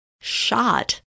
Shot